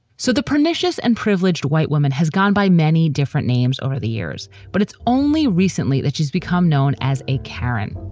so the pernicious and privileged white woman has gone by many different names over the years, but it's only recently that she's become known as a karen.